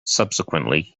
subsequently